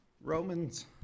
Romans